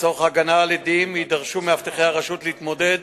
לצורך ההגנה על עדים יידרשו מאבטחי הרשות להתמודד